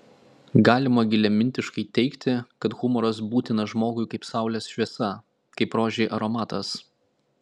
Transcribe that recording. galima giliamintiškai teigti kad humoras būtinas žmogui kaip saulės šviesa kaip rožei aromatas